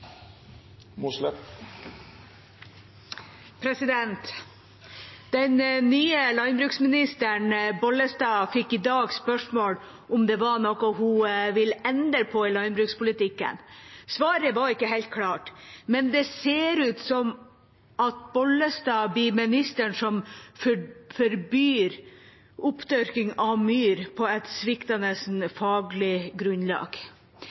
distriktspolitikk. Den nye landbruksministeren, Bollestad, fikk i dag spørsmål om det var noe hun ville endre i landbrukspolitikken. Svaret var ikke helt klart, men det ser ut til at Bollestad blir ministeren som forbyr oppdyrking av myr, på et sviktende faglig grunnlag.